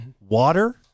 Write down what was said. water